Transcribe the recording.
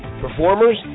performers